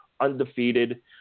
undefeated